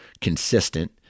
consistent